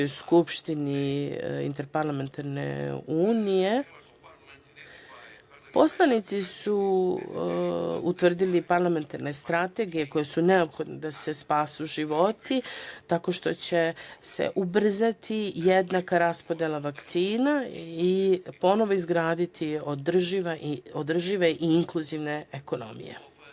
Skupštini Interparlamentarne unije poslanici su utvrdili parlamentarne strategije koje su neophodne da se spasu životi, tako što će se ubrzati jednaka raspodela vakcina i ponovo izgraditi održive i inkluzivne ekonomije.